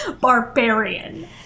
barbarian